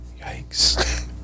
Yikes